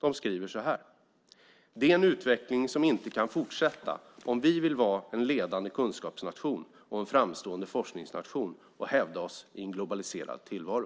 De skriver så här: "Det är en utveckling som inte kan fortsätta om vi vill vara en ledande kunskapsnation och en framstående forskningsnation och hävda oss i en globaliserad tillvaro."